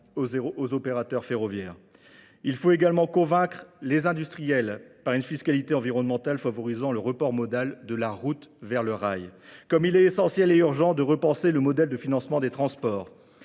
aux opérateurs ferroviaires. Il faut également convaincre les industriels par une fiscalité environnementale favorisant le report modal de la route vers le rail. Comme il est essentiel et urgent de repenser le modèle de financement des transports,